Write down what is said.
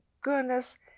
goodness